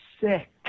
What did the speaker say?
sick